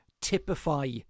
typify